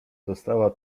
została